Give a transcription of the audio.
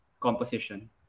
composition